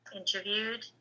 interviewed